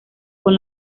con